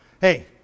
hey